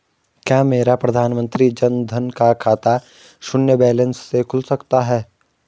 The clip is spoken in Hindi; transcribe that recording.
क्या मेरा प्रधानमंत्री जन धन का खाता शून्य बैलेंस से खुल सकता है?